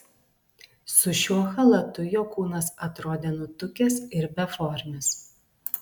su šiuo chalatu jo kūnas atrodė nutukęs ir beformis